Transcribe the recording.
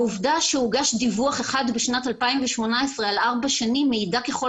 העובדה שהוגש דיווח אחד בשנת 2018 על ארבע שנים מעידה ככל